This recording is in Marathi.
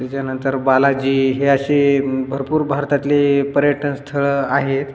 त्याच्यानंतर बालाजी हे अशे भरपूर भारतातले पर्यटन स्थळं आहेत